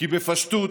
כי בפשטות,